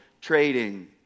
trading